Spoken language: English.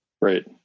Right